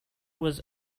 was